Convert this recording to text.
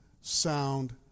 sound